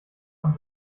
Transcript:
von